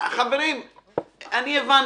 חברים, הבנתי.